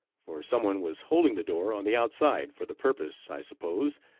for some one was holding the door on the outside, for the purpose, i suppose,